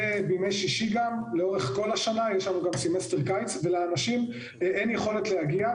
כולל בימי שישי לאורך כל השנה ולאנשים אין יכולת להגיע.